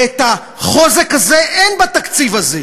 ואת החוזק הזה אין בתקציב הזה.